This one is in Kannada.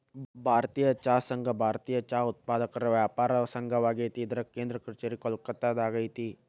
ಭಾರತೇಯ ಚಹಾ ಸಂಘ ಭಾರತೇಯ ಚಹಾ ಉತ್ಪಾದಕರ ವ್ಯಾಪಾರ ಸಂಘವಾಗೇತಿ ಇದರ ಕೇಂದ್ರ ಕಛೇರಿ ಕೋಲ್ಕತ್ತಾದಾಗ ಐತಿ